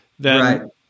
Right